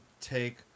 take